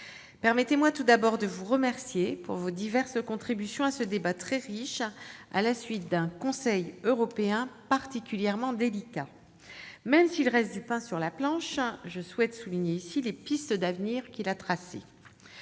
Permettez-moi tout d'abord de vous remercier pour vos diverses contributions à ce débat très riche, à la suite d'un Conseil européen particulièrement délicat. Même s'il reste du pain sur la planche, je souhaite souligner ici les pistes d'avenir qu'il a tracées.